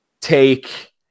take